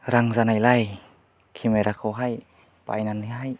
रां जानायलाय केमेराखौहाय बायनानैहाय